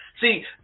see